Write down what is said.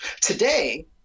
today